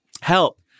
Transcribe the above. Help